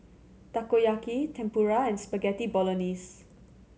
Takoyaki Tempura and Spaghetti Bolognese